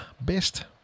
Best